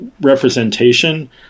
representation